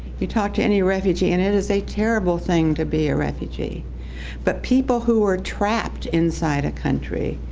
you talk to any refugee and it is a terrible thing to be a refugee but people who were trapped inside a country,